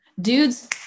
Dudes